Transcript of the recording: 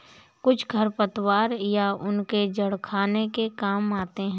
कुछ खरपतवार या उनके जड़ खाने के काम आते हैं